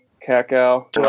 cacao